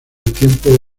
tiempo